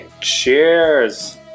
cheers